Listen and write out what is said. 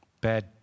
Bad